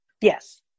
Yes